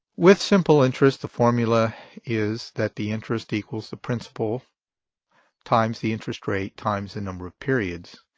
with simple interest, the formula is that the interest equals the principal times the interest rate times the number of periods.